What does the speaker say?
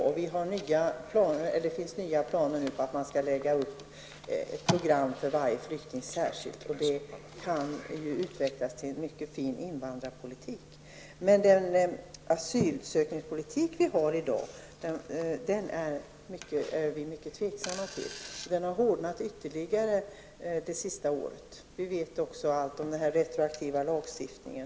Det finns nu också planer på att man skall lägga upp ett särskilt program för varje flykting, och det kan utvecklas till en mycket fin invandrarpolitik. Däremot ställer vi oss mycket tveksamma till den asylpolitik som vi i dag bedriver. Den har hårdnat ytterligare under det senaste året. Jag tänker t.ex. på den retroaktiva lagstiftningen.